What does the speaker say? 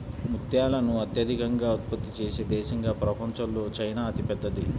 ముత్యాలను అత్యధికంగా ఉత్పత్తి చేసే దేశంగా ప్రపంచంలో చైనా అతిపెద్దది